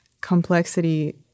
complexity